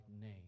name